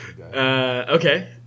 okay